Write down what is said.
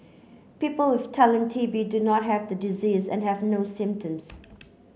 people with latent T B do not have the disease and have no symptoms